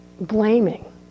blaming